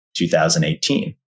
2018